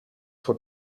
for